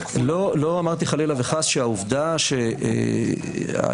לא אמרתי חלילה וחס שהעובדה שההנחיה